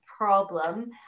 Problem